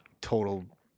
total